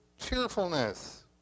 cheerfulness